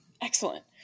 Excellent